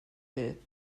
will